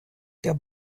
der